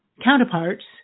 counterparts